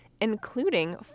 including